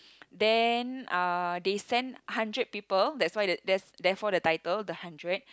then uh they send hundred people that's why the that's therefore the title the hundred